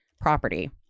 property